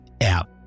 app